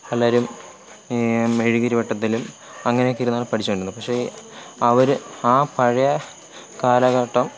പലരും മെഴുകുതിരി വെട്ടത്തിലും അങ്ങനെയൊക്കെ ഇരുന്നാണ് പഠിച്ചുകൊണ്ടിരുന്നത് പക്ഷേ അവർ ആ പഴയ കാലഘട്ടം